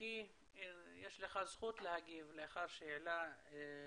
כי יש לך זכות להגיב לאחר שראש העיר אום אל פחם העלה טענות.